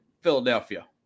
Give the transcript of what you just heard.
Philadelphia